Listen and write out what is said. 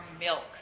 milk